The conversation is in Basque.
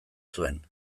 zuen